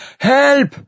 Help